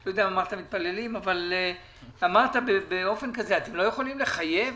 לא יכולים לחייב?